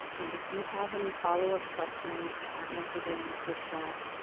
and if you have any follow-up questions that aren't answered during this workshop,